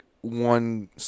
one